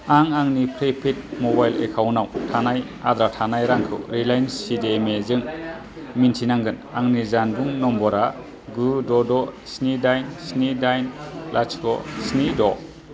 आं आंनि prepaid mobile एकाउन्टआव थानाय आद्रा थानाय रांखौ Reliance C D M A जों मिन्थिनांगोन आंनि जानबुं नम्बरा गु द' द' स्नि दाइन स्नि दाइन लाथिख' स्नि द'